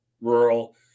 rural